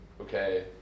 okay